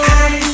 Hey